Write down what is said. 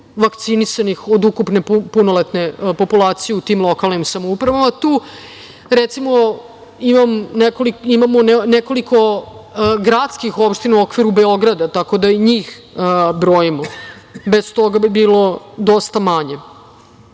vakcinisanih od ukupne punoletne populacije u tim lokalnim samoupravama. Tu recimo imamo nekoliko gradskih opština u okviru Beograda, tako da i njih brojimo. Bez toga bi bilo dosta manje